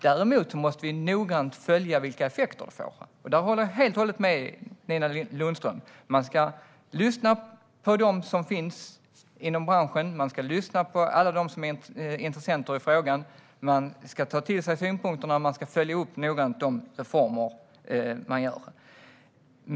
Däremot måste vi noggrant följa vilka effekter det får, och där håller jag helt och hållet med Nina Lundström: Man ska lyssna på dem som finns inom branschen, man ska lyssna på alla som är intressenter i frågan, man ska ta till sig synpunkterna och man ska noggrant följa upp de reformer man gör.